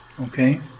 Okay